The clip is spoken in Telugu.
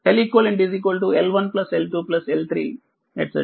Leq L1 L2 L3